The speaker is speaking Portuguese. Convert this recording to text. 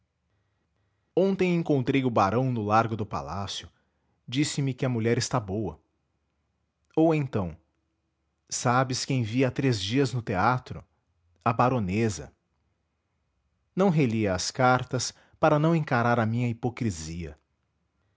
ontem encontrei o barão no largo do palácio disse-me que a mulher está boa ou então sabes quem vi há três dias no teatro a baronesa não relia as cartas para não encarar a minha hipocrisia